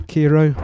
Kiro